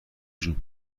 جون